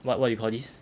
what what you call this